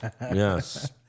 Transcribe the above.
Yes